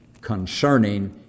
concerning